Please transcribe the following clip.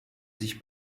sich